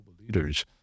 leaders